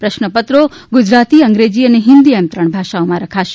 પ્રશ્નપત્રો ગુજરાતી અંગ્રેજી અને ફીન્દી એમ ત્રણ ભાષઓમાં રખાશે